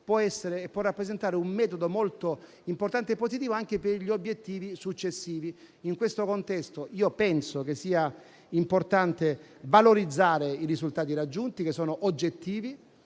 possa essere un metodo molto importante e positivo anche per gli obiettivi successivi. In questo contesto penso che sia importante valorizzare i risultati raggiunti, che sono oggettivi;